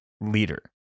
leader